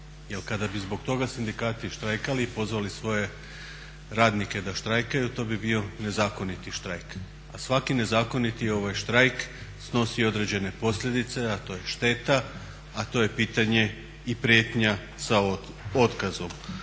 kada bi zbog toga sindikati štrajkali i pozvali svoje radnike da štrajkaju to bi bio nezakoniti štrajk, a svaki nezakoniti štrajk snosi određene posljedice, a to je šteta, a to je pitanje i prijetnja za otkazom.